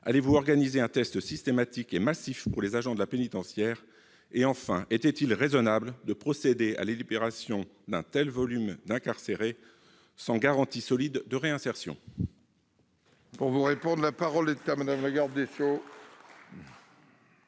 Allez-vous organiser un test systématique et massif pour les agents de la pénitentiaire ? Enfin, était-il raisonnable de procéder à la libération d'un tel volume de personnes incarcérées sans garanties solides de réinsertion ?